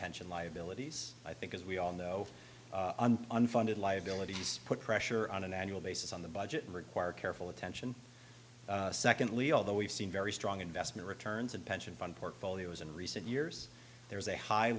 pension liabilities i think as we all know unfunded liabilities put pressure on an annual basis on the budget and require careful attention secondly although we've seen very strong investment returns and pension fund portfolios in recent years there is a high